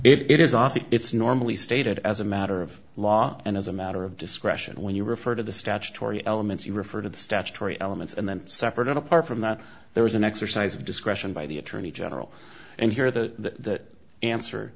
but it is i think it's normally stated as a matter of law and as a matter of discretion when you refer to the statutory elements you refer to the statutory elements and then separate and apart from that there was an exercise of discretion by the attorney general and here that answer